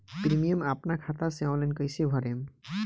Premium अपना खाता से ऑनलाइन कईसे भरेम?